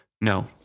No